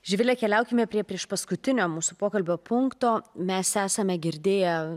živile keliaukime prie priešpaskutinio mūsų pokalbio punkto mes esame girdėję